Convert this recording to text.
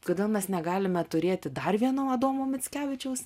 kodėl mes negalime turėti dar vieno adomo mickevičiaus